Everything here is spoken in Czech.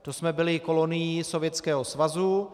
To jsme byli kolonií Sovětského svazu.